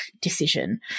decision